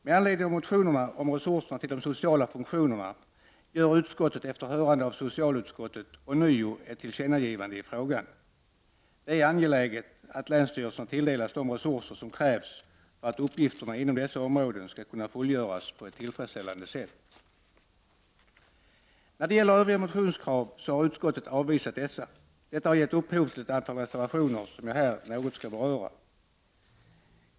Med anledning av motionerna om resurser till de sociala funktionerna gör utskottet, efter hörande av socialutskottet, ånyo ett tillkännagivande i frågan. Det är angeläget att länsstyrelserna tilldelas de resurser som krävs för att uppgifter inom dessa områden skall kunna fullgöras på ett tillfredsställande sätt. Övriga motionskrav har utskottet avvisat. Detta har gett upphov till ett antal reservationer, som jag här något skall beröra.